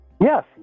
Yes